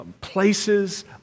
places